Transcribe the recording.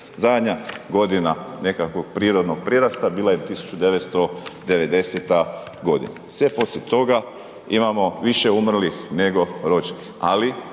zadnja godina nekakvog prirodnog prirasta bila je 1990. g., sve poslije toga imamo više umrlih nego rođenih